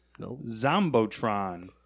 Zombotron